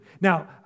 Now